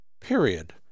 period